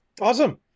Awesome